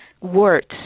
words